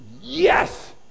yes